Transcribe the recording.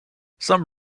some